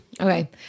okay